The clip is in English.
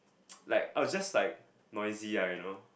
like I was just like noisy ah you know